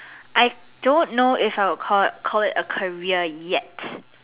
I don't know if I'll call call it a career yet